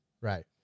right